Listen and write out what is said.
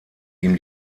ihm